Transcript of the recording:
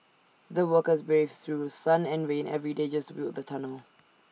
the workers braved through sun and rain every day just to build the tunnel